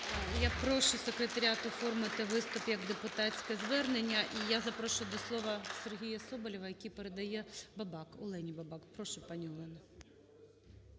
Я прошу секретаріат оформити виступ як депутатське звернення. І я запрошую до слова Сергія Соболєва, який передає Бабак, Олені Бабак. Прошу, пані Олено.